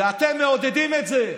ואתם מעודדים את זה,